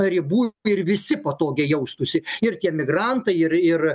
ribų ir visi patogiai jaustųsi ir tie emigrantai ir ir